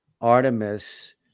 Artemis